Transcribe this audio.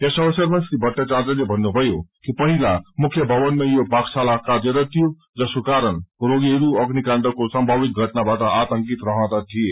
यस अवसरमा श्री भट्टाचार्यले भन्नुभयो कि पहिला मुख्य भवनमै यो पाकशाला कार्यरत थियो जसको कारण रोगीहरू अग्निकाण्डको सम्भावित घटनाबाट आतंकित रहँदथिए